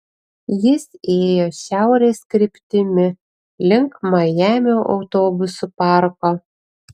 jis ėjo šiaurės kryptimi link majamio autobusų parko